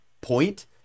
point